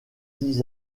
dix